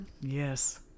Yes